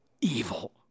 evil